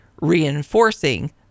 reinforcing